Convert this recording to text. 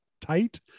tight